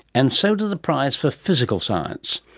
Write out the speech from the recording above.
and so to the prize for physical science.